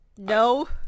No